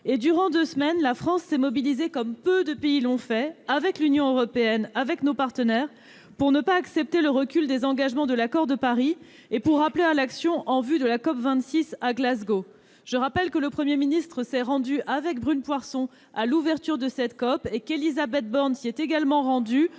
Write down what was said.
Durant deux semaines, la France s'est mobilisée comme peu de pays l'ont fait, avec l'Union européenne, avec nos partenaires, pour ne pas accepter le recul des engagements des accords de Paris et pour appeler à l'action en vue de la COP26, à Glasgow. Le Premier ministre s'est rendu avec Brune Poirson à l'ouverture de cette COP et Élisabeth Borne y était également, dans